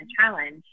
challenge